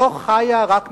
שלא חיה רק מפרסומות.